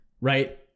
right